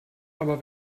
aber